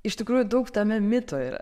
iš tikrųjų daug tame mito yra